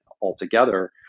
altogether